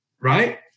Right